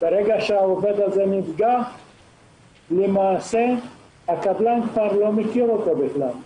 ברגע שהעובד נפגע הקבלן כבר לא מכיר אותו בכלל.